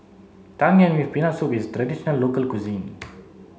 Tang Yuen with peanut soup is a traditional local cuisine